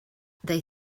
they